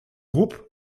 groupe